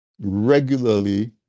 regularly